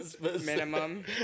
Minimum